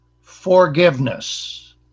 Forgiveness